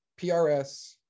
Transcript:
PRS